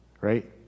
right